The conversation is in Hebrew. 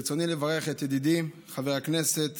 ברצוני לברך את ידידי חבר הכנסת